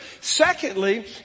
Secondly